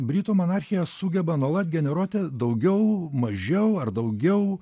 britų monarchija sugeba nuolat generuoti daugiau mažiau ar daugiau